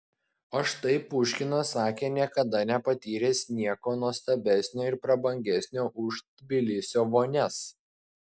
o štai puškinas sakė niekada nepatyręs nieko nuostabesnio ir prabangesnio už tbilisio vonias